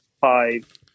five